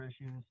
issues